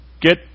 Get